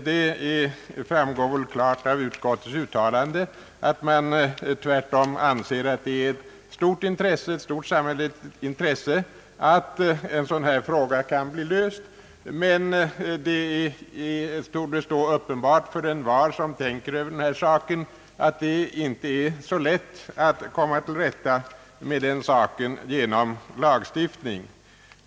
Det framgår väl klart av utskottets utlåtande att man tvärtom anser att det är ett stort samhällsintresse att en sådan här fråga kan bli löst. Men det står klart för envar som tänker Över denna sak att det inte är så lätt att komma till rätta med detta problem med lagstiftning.